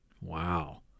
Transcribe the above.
Wow